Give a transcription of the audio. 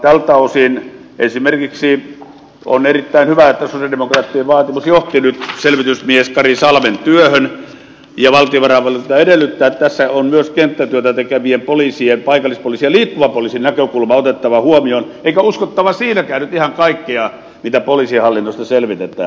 tältä osin esimerkiksi on erittäin hyvä että sosialidemokraattien vaatimus johti nyt selvitysmies kari salmen työhön ja valtiovarainvaliokunta edellyttää että tässä on myös kenttätyötä tekevien poliisien paikallispoliisin ja liikkuvan poliisin näkökulma otettava huomioon eikä uskottava siinäkään nyt ihan kaikkea mitä poliisihallinnosta selvitetään